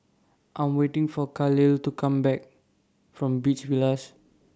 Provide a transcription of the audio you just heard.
I'm waiting For Khalil to Come Back from Beach Villas